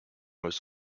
was